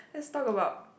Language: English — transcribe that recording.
let's talk about